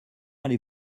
allez